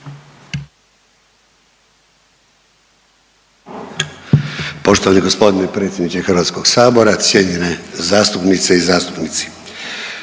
Poštovani gospodine predsjedniče, cijenjene zastupnice i zastupnici